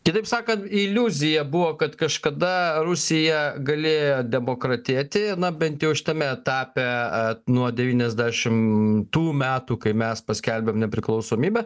kitaip sakant iliuzija buvo kad kažkada rusija galėjo demokratėti na bent jau šitame etape a nuo devyniasdešimtų metų kai mes paskelbėm nepriklausomybę